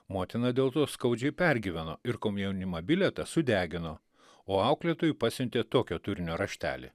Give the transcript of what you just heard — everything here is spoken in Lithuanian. motina dėl to skaudžiai pergyveno ir komjaunimo bilietą sudegino o auklėtojui pasiuntė tokio turinio raštelį